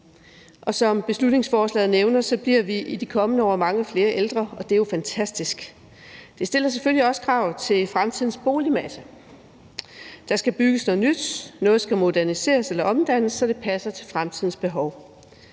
Som beslutningsforslaget nævner, bliver vi i de kommende år mange flere ældre, og det er jo fantastisk, men det stiller selvfølgelig også krav til fremtidens boligmasse. Der skal bygges noget nyt, og noget skal moderniseres eller omdannes, så det passer til fremtidens behov.